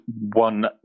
one